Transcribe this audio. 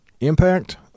Impact